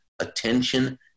attention